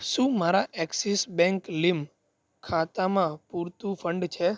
શું મારા Axis bank લીમ ખાતામાં પૂરતું ફંડ છે